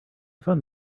find